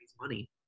money